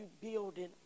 building